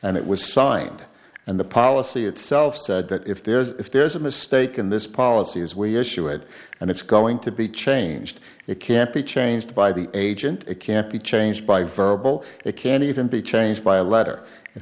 and it was signed and the policy itself said that if there is if there's a mistake in this policy as we issue it and it's going to be changed it can't be changed by the agent it can't be changed by verbal it can't even be changed by a letter it